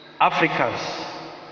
Africans